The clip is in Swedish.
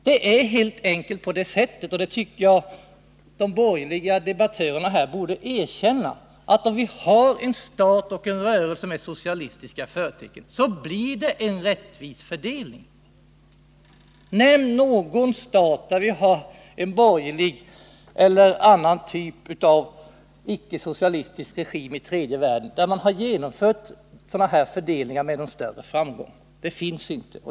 Det är helt enkelt på det sättet — och det tycker jag de borgerliga debattörerna borde erkänna — att då vi har en stat eller en rörelse med socialistiska förtecken, så blir det en rättvis fördelning. Nämn någon stat med en borgerlig eller annan typ av icke-socialistisk regim i tredje världen där man har gjort en rättvis fördelning med någon större framgång! Det finns inte.